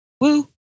Woo